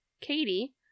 Katie